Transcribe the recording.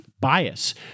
bias